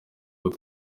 kuko